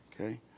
okay